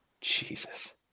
Jesus